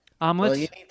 Omelets